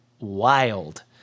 wild